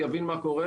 יבין מה קורה.